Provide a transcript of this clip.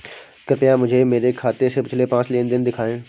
कृपया मुझे मेरे खाते से पिछले पाँच लेन देन दिखाएं